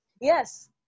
Yes